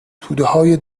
تودههای